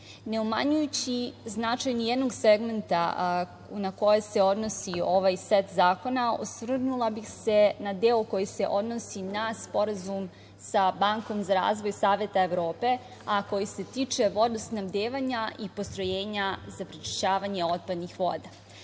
ne umanjujući značaj ni jednog segmenta na koji se odnosi ovaj set zakona, osvrnula bih se na deo koji se odnosi na Sporazum sa Bankom za razvoj Saveta Evrope, a koji se tiče vodosnabdevanja i postrojenja za prečišćavanje otpadnih